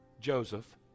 Joseph